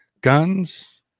Guns